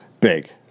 Big